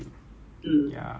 I really really don't know eh